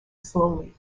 slowly